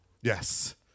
yes